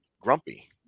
grumpy